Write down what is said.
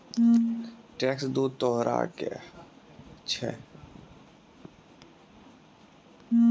tax दु तरहो के होय छै जेकरा मे प्रत्यक्ष आरू अप्रत्यक्ष कर शामिल छै